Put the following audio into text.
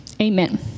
Amen